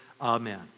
Amen